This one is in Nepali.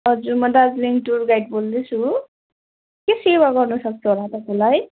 हजुर म दार्जिलिङ टुर गाइड बोल्दैछु के सेवा गर्नसक्छु होला तपाईँलाई